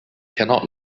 cannot